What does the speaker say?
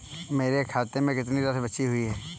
मेरे खाते में कितनी राशि बची हुई है?